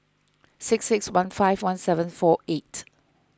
six six one five one seven four eight